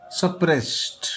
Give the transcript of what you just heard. suppressed